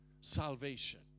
salvation